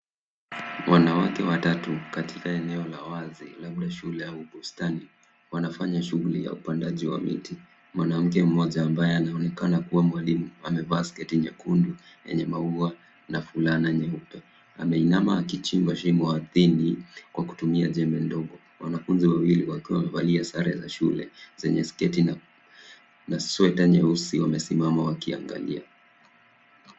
Wanawake watatu katika eneo la wazi labda shule au bustani wanafanya shughuli ya upandaji wa miti. Mwanamke mmoja ambaye anaonekana kuwa mwalimu amevaa sketi nyekundu yenye maua na fulana nyeupe. Ameinama akichimba shimo ardhini kwa kutumia jembe ndogo. Wanafunzi wawili wakiwa wamevalia sare za shule zenye sketi na- na sweta nyeusi wamesimama wakiangalia.